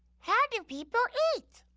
how do people eat?